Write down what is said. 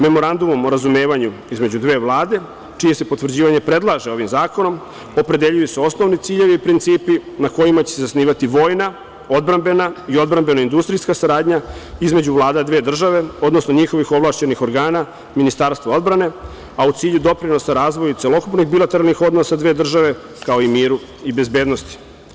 Memorandumom o razumevanju između dve vlade čije se potvrđivanje predlaže ovim zakonom opredeljuju se osnovni ciljevi, principi na kojima će se zasnivati vojna, odbrambena i odbrambeno-industrijska saradnja između vlada dve države, odnosno njihovih ovlašćenih organa, Ministarstva odbrane, a u cilju doprinosa razvoja celokupnih bilateralnih odnosa dve države kao i miru i bezbednosti.